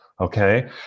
okay